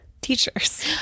teachers